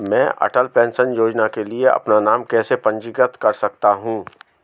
मैं अटल पेंशन योजना के लिए अपना नाम कैसे पंजीकृत कर सकता हूं?